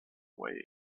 way